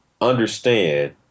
understand